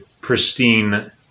pristine